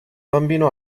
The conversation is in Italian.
bambino